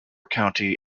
county